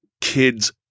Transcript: kids